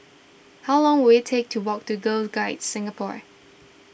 how long will it take to walk to Girl Guides Singapore